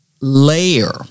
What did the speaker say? layer